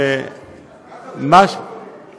ככה זה בכל הדברים.